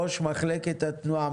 ראש מחלקת התנועה,